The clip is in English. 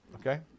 okay